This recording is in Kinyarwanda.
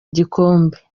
igikombe